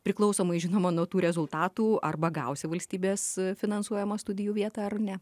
priklausomai žinoma nuo tų rezultatų arba gausi valstybės finansuojamą studijų vietą ar ne